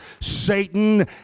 Satan